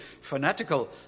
fanatical